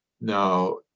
Now